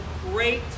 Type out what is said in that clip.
great